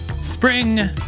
Spring